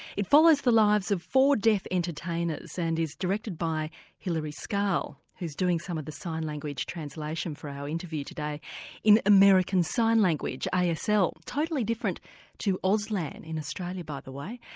it follows the lives of four deaf entertainers and is directed by hilari scarl, who's doing some of the sign language translation for our interview today in american sign language, asl, ah so totally different to auslan in australia by the way.